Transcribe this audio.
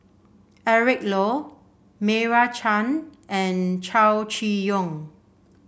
Eric Low Meira Chand and Chow Chee Yong